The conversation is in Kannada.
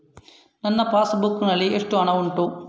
ನನ್ನ ಪಾಸ್ ಬುಕ್ ನಲ್ಲಿ ಎಷ್ಟು ಹಣ ಉಂಟು?